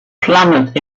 planet